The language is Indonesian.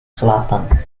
selatan